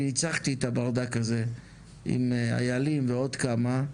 אני ניצחתי את הברדק הזה עם איילים ועוד כמה,